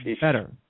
better